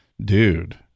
dude